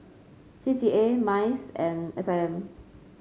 C C A MICE and S I M